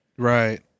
Right